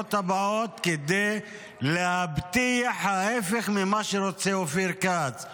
בבחירות הבאות כדי להבטיח את ההפך ממה שרוצה אופיר כץ.